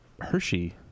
hershey